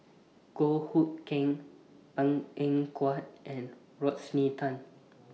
Goh Hood Keng Png Eng Huat and Rodney Tan